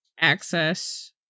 access